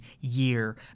year